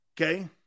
Okay